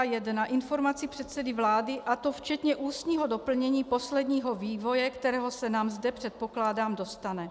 I informaci předsedy vlády, a to včetně ústního doplnění posledního vývoje, kterého se nám zde, předpokládám, dostane.